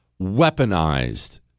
weaponized